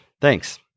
Thanks